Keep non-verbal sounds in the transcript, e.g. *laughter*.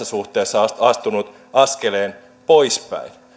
*unintelligible* suhteessa astunut askeleen poispäin